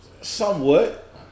Somewhat